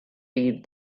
beat